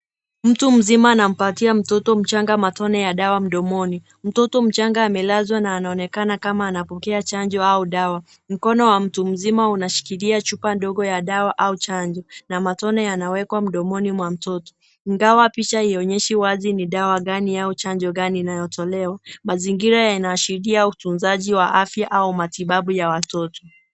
Mtu mzima anampatia mtoto mchanga matone ya dawa mdomoni. Mtoto mchanga amelazwa na anaonekana kama anapokea chanjo au dawa. Mkono wa mtu mzima unashikilia chupa ndogo ya dawa au chanjo na matone yanawekwa mdomoni mwa mtoto. Ingawa picha haionyeshi wazi ni dawa gani au chanjo gani inayotolewa. Mazingira yanaashiria utunzaji wa afya au matibabu ya watoto.